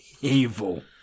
evil